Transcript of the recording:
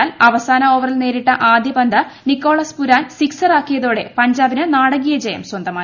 എന്നാൽ അവസാന ഓവറിൽ നേരിട്ട ആദ്യ പന്ത് നിക്കോളാസ് പുരാൻ സിക്സറാക്കിയതോടെ പഞ്ചാബിന് നാടകീയജയം സ്വന്തമായി